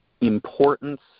importance